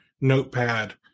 notepad